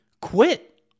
quit